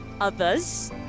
others